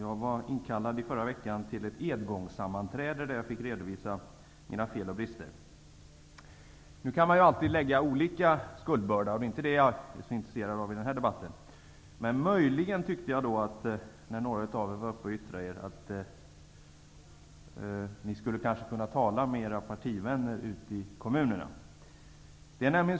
I förra veckan var jag inkallad till ett edgångssammanträde, där jag fick redogöra för mina fel och brister. Nu kan man alltid lägga skuldbördor olika. Men det är inte det som jag är så intresserad av i den här debatten. Jag tyckte möjligen att några av de tidigare talarna kanske skulle kunna tala med sina partivänner ute i kommunerna.